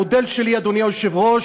המודל שלי, אדוני היושב-ראש,